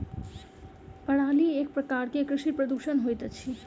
पराली एक प्रकार के कृषि प्रदूषण होइत अछि